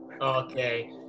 okay